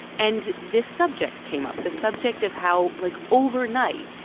and this subject came up the subject of how, like, overnight,